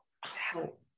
help